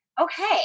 Okay